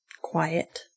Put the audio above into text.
quiet